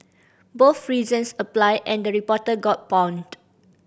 both reasons apply and the reporter got pawned